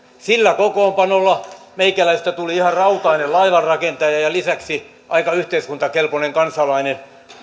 sillä kokoonpanolla meikäläisestä tuli ihan rautainen laivanrakentaja ja lisäksi aika yhteiskuntakelpoinen kansalainen